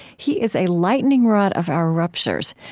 he is a lightning rod of our ruptures,